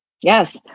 Yes